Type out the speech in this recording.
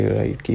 right